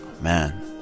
man